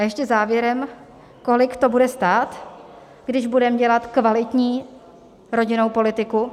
Ještě závěrem, kolik to bude stát, když budeme dělat kvalitní rodinnou politiku.